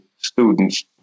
students